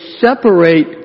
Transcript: separate